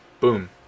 boom